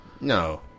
No